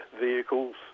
vehicles